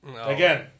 Again